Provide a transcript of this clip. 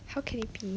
how can it be